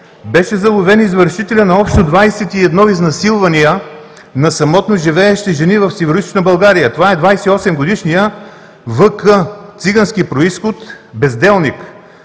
Беше заловен извършителят на общо 21 изнасилвания на самотно живеещи жени в Североизточна България. Това е 28-годишният В.К, от цигански произход, безделник,